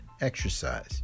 exercise